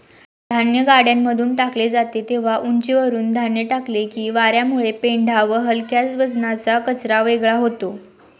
धान्य गाड्यांमध्ये टाकले जाते तेव्हा उंचीवरुन धान्य टाकले की वार्यामुळे पेंढा व हलक्या वजनाचा कचरा वेगळा होतो